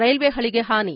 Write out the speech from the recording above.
railway ಹಳಿಗೆ ಹಾನಿ